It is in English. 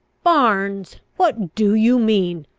barnes what do you mean?